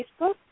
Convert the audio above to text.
Facebook